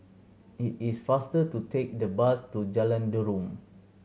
it is faster to take the bus to Jalan Derum